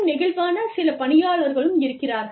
மிகவும் நெகிழ்வான சில பணியாளர்களும் இருக்கிறார்கள்